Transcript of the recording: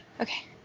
Okay